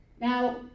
Now